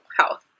health